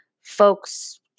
folks